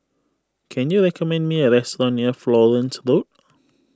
can you recommend me a restaurant near Florence Road